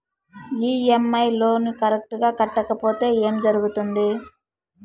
EMI loan correct గా కట్టకపోతే ఏం జరుగుతుంది